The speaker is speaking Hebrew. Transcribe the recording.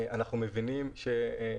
אנחנו בוחנים אותן.